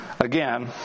Again